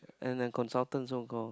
and a consultant so called